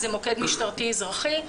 זה מוקד משטרתי אזרחי.